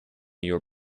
your